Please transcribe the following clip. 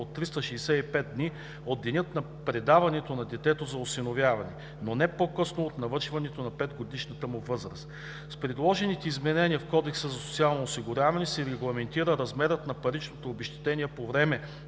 от 365 дни от деня на предаването на детето за осиновяване, но не по-късно от навършване на 5-годишната му възраст. С предложените изменения в Кодекса за социалното осигуряване се регламентира размерът на паричното обезщетение по време